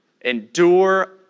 endure